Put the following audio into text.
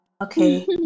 Okay